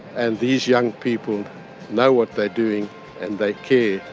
and these young people know what they are doing and they care,